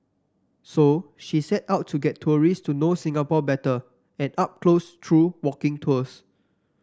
so she set out to get tourist to know Singapore better and up close through walking tours